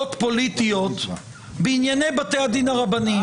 פוליטיות בענייני בתי הדין הרבניים.